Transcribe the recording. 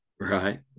Right